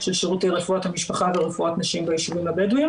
של שירותי רפואת המשפחה ורפואת נשים בישובים הבדואים